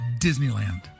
Disneyland